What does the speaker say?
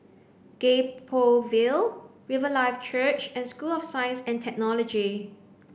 Gek Poh Ville Riverlife Church and School of Science and Technology